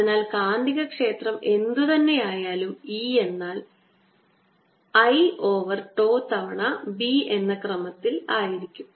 അതിനാൽ കാന്തികക്ഷേത്രം എന്തുതന്നെയായാലും E എന്നാൽ l ഓവർ τ തവണ B എന്ന ക്രമത്തിൽ ആയിരിക്കും